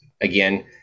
again